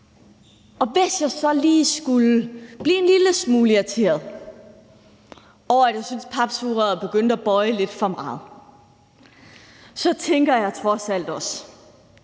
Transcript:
Og hvis jeg så lige skulle blive en lille smule irriteret over, at papsugerøret begyndte at bøje lidt for meget, så synes jeg faktisk,